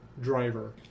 driver